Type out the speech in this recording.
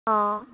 অঁ